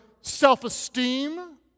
self-esteem